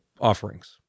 offerings